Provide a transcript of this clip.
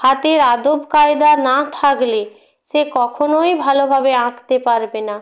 হাতের আদবকায়দা না থাকলে সে কখনোই ভালোভাবে আঁকতে পারবে না